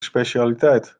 specialiteit